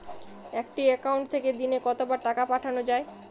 একটি একাউন্ট থেকে দিনে কতবার টাকা পাঠানো য়ায়?